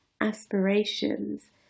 aspirations